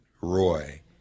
Roy